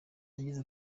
yagize